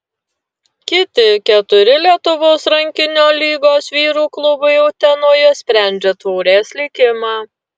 kiti keturi lietuvos rankinio lygos vyrų klubai utenoje sprendžia taurės likimą